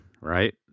Right